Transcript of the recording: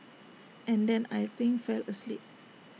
and then I think fell asleep